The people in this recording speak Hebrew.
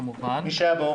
מי שהיה באופק.